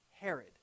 Herod